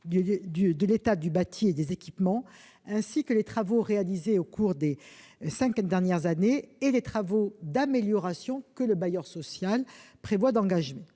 descriptif du bâti et des équipements ainsi que les travaux réalisés au cours des cinq dernières années et les travaux d'amélioration que le bailleur social prévoit d'engager.